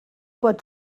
pot